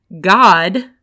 God